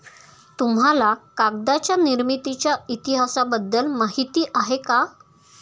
तुम्हाला कागदाच्या निर्मितीच्या इतिहासाबद्दल माहिती आहे का?